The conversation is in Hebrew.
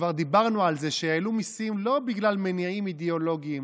וכבר דיברנו על זה שהעלו מיסים לא בגלל מניעים אידיאולוגיים,